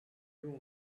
hume